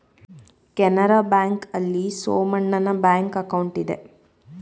Canara bank ಆಲ್ಲಿ ಸೋಮಣ್ಣನ bank account ಇದೆ